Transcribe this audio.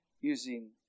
using